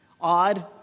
Odd